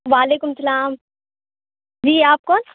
وعلیکم السلام جی آپ کون